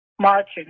marching